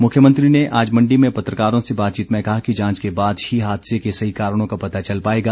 मुख्यमंत्री ने आज मण्डी में पत्रकारों से बातचीत में कहा कि जांच के बाद ही हादसे के सही कारणों का पता चल पाएगा